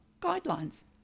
guidelines